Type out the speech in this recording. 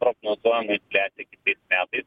prognozuojama infliacija kitais metais